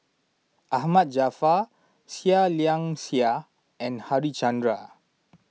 Ahmad Jaafar Seah Liang Seah and Harichandra